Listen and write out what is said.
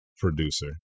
producer